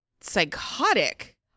psychotic